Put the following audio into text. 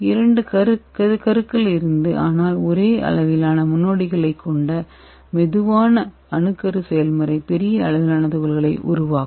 இரண்டு கருக்கள் இருந்து ஆனால் ஒரே அளவிலான முன்னோடிகளைக் கொண்ட மெதுவான அணுக்கரு செயல்முறை பெரிய அளவிலான துகள்களை உருவாக்கும்